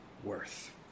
worth